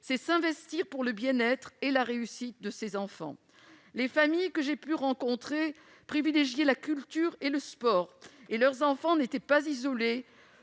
de s'investir pour le bien-être et la réussite de ses enfants. Les familles que j'ai pu rencontrer privilégiaient la culture et le sport, et leurs enfants n'étaient pas isolés.